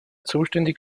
zuständig